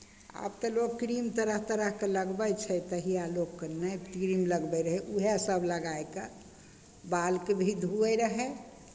आब तऽ लोक क्रीम तरह तरहके लगबै छै तहिया लोकके नहि क्रीम लगबैत रहय उएहसभ लगाए कऽ बालके भी धुअइत रहय